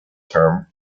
term